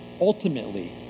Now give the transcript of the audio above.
ultimately